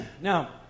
Now